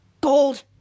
Gold